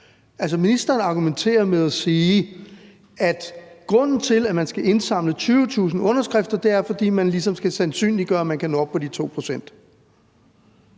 ministeren argumenterer ved at sige, at grunden til, at man skal indsamle 20.000 underskrifter, er, at man ligesom skal sandsynliggøre, at man kan nå op på de 2 pct.